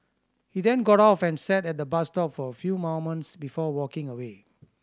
he then got off and sat at the bus stop for a few moments before walking away